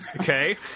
okay